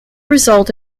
result